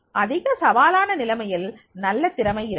அதிக சவாலான நிலைமையில் நல்ல திறமை இருக்கும்